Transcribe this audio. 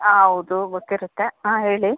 ಹಾಂ ಹೌದು ಗೊತ್ತಿರುತ್ತೆ ಹಾಂ ಹೇಳಿ